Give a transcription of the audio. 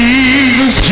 Jesus